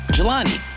Jelani